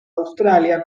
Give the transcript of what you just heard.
australia